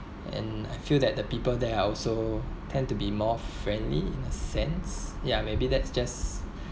and I feel that the people there are also tend to be more friendly sense yeah maybe that's just